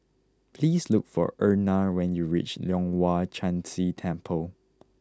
please look for Erna when you reach Leong Hwa Chan Si Temple